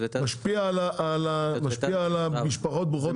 משפיע על המשפחות ברוכות הילדים.